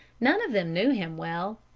none of them knew him well.